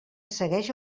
segueix